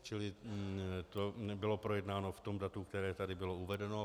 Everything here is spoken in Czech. Čili to nebylo projednáno v tom datu, které tady bylo uvedeno.